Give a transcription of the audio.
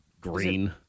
Green